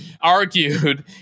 argued